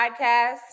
podcast